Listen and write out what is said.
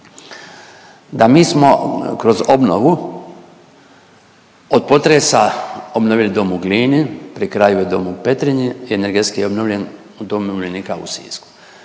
da mi smo kroz obnovu od potresa obnovili Dom u Glini, pri kraju je Dom u Petrinji i energetski obnovljen Dom umirovljenika u Sisku.